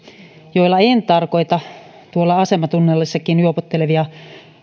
joilla en tarkoita tuolla asematunnelissakin juopottelevia